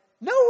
No